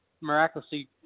miraculously